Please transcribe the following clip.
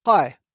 Hi